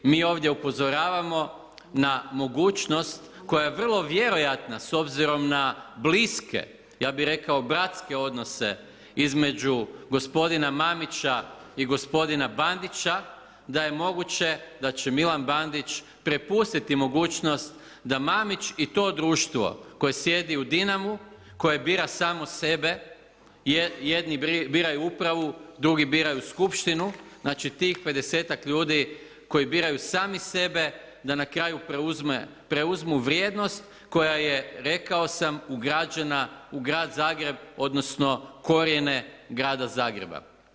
Mi ovdje upozoravamo na mogućnost koja je vrlo vjerojatna, s obzirom na bliske, ja bih rekao bratske odnose između gospodina Mamića i gospodina Bandića, da je moguće da će Milan Bandić prepustiti mogućnost da Mamić i to društvo koje sjedi u Dinamu, koje bira samo sebe, jedni biraju upravu, drugi biraju skupštinu, znači tih 50-ak ljudi koji biraju sami sebe, da na kraju preuzmu vrijednost koja je, rekao sam, ugrađena u grad Zagreb, odnosno korijene grada Zagreba.